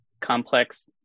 complex